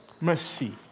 Mercy